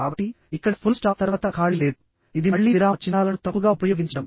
కాబట్టి ఇక్కడ full stop తర్వాత ఖాళీ లేదు ఇది మళ్ళీ విరామ చిహ్నాలను తప్పుగా ఉపయోగించడం